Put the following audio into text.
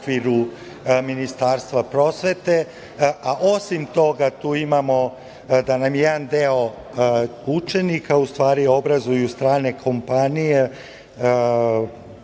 u okviru Ministarstva prosvete. Osim toga, tu imamo da nam jedan deo učenika obrazuju strane kompanije